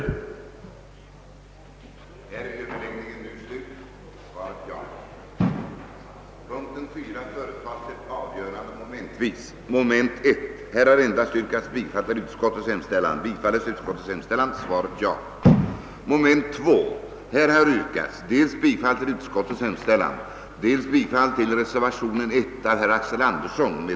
uppgift.